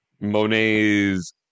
Monet's